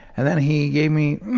and then he gave me,